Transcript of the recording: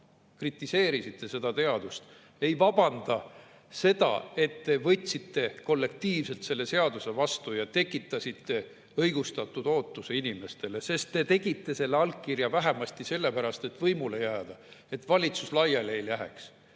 kritiseerisite seda seadust, ei [muuda] seda, et te võtsite kollektiivselt selle seaduse vastu ja tekitasite inimestes õigustatud ootuse. Te andsite selle allkirja vähemasti sellepärast, et võimule jääda, et valitsus laiali ei läheks.